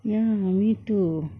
ya me too